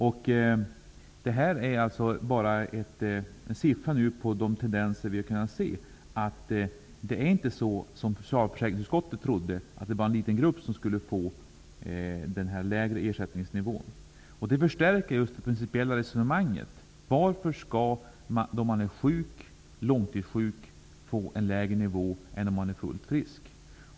När det gäller dessa siffror och de tendenser som vi har kunnat se är det inte så som socialförsäkringsutskottet trodde, nämligen att bara en liten grupp skulle få den lägre ersättningen. Detta gör att det principiella resonemanget förstärks. Varför skall man när man är sjuk/långtidssjuk få ersättning på en lägre nivå än man får om man är fullt frisk?